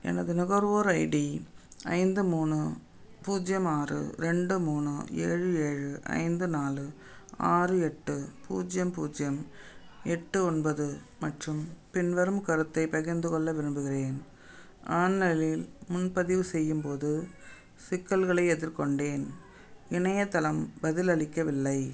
எனது நுகர்வோர் ஐடி ஐந்து மூணு பூஜ்ஜியம் ஆறு ரெண்டு மூணு ஏழு ஏழு ஐந்து நாலு ஆறு எட்டு பூஜ்ஜியம் பூஜ்ஜியம் எட்டு ஒன்பது மற்றும் பின்வரும் கருத்தை பகிர்ந்துக்கொள்ள விரும்புகிறேன் ஆன்லைனில் முன்பதிவு செய்யும் போது சிக்கல்களை எதிர்கொண்டேன் இணையதளம் பதிலளிக்கவில்லை